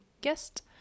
guest